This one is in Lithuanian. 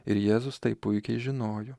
ir jėzus tai puikiai žinojo